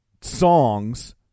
songs